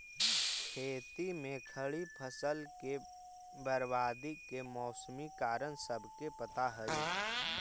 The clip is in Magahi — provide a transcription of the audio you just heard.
खेत में खड़ी फसल के बर्बादी के मौसमी कारण सबके पता हइ